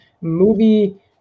movie